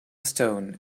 stone